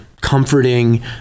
comforting